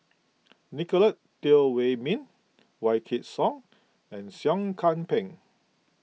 Nicolette Teo Wei Min Wykidd Song and Seah Kian Peng